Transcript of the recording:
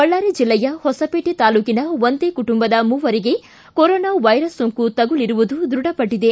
ಬಳ್ಳಾರಿ ಜಿಲ್ಲೆಯ ಹೊಸಪೇಟೆ ತಾಲೂಕಿನ ಒಂದೇ ಕುಟುಂಬದ ಮೂವರಿಗೆ ಕೊರೊನಾ ವೈರಸ್ ಸೋಂಕು ತಗುಲಿರುವುದು ದೃಢಪಟ್ಟದೆ